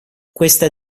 questa